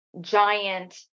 giant